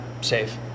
safe